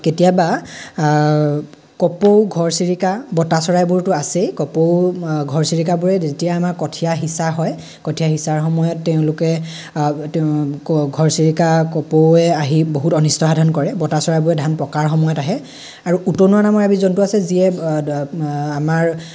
কেতিয়াবা কপৌ ঘৰচিৰিকা বতা চৰাইবোৰটো আছেই কপৌ ঘৰচিৰিকাবোৰে যেতিয়া আমাৰ কঠিয়া সিঁচা হয় কঠিয়া সিঁচাৰ সময়ত তেওঁলোকে ঘৰচিৰিকা কপৌৱে আহি বহুত অনিষ্ট সাধন কৰে বতা চৰাইবোৰে ধান পকাৰ সময়ত আহে আৰু উতনুৱা নামৰ এবিধ জন্তু আছে যিয়ে আমাৰ